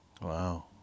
wow